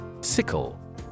Sickle